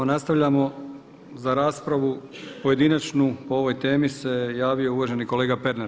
Nastavljamo, za raspravu pojedinačnu po ovoj temi se javio uvaženi kolega Pernar.